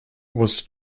was